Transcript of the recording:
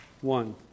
one